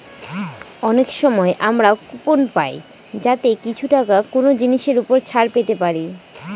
অনেক সময় আমরা কুপন পাই যাতে কিছু টাকা কোনো জিনিসের ওপর ছাড় পেতে পারি